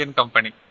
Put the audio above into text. company